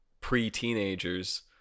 pre-teenagers